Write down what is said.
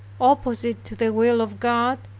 opposite to the will of god,